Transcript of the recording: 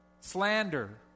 slander